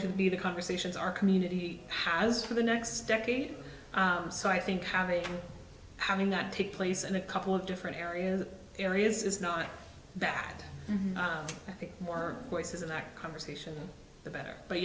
to be the conversations our community has for the next decade and so i think having having that take place in a couple of different areas areas is not back i think more voices in that conversation the better but